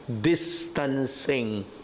distancing